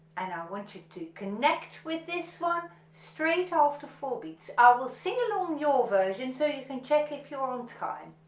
and i want you to connect with this one straight after four beats, i will sing along your version so you can check if you're on time,